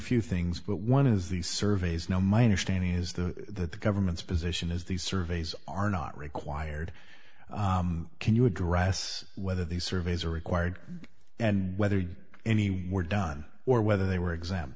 few things but one is the surveys now my understanding is the government's position is these surveys are not required can you address whether these surveys are required and whether any were done or whether they were exam